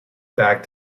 back